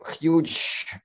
huge